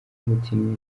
umukinnyi